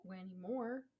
anymore